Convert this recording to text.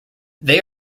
they